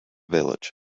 village